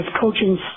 coaching